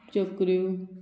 चकऱ्यो